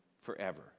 forever